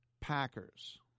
Packers